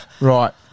right